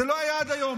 זה לא היה עד היום.